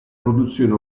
produzione